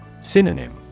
Synonym